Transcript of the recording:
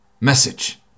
Message